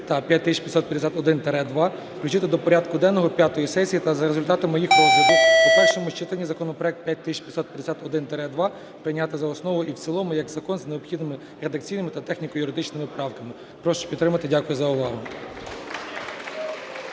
та 5551-2 включити до порядку денного п'ятої сесії та за результатами їх розгляду у першому читанні законопроект 5551-2 прийняти за основу і в цілому як закон з необхідними редакційними та техніко-юридичними правками. Прошу підтримати. Дякую за увагу.